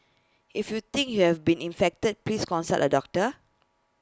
if you think you have been infected please consult A doctor